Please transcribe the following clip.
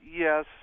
Yes